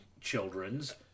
children's